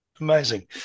Amazing